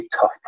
tough